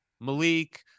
Malik